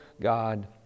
god